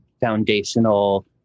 foundational